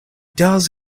does